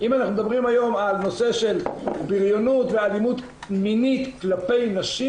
אם אנחנו מדברים היום על נושא של בריונות ואלימות מינית כלפי נשים,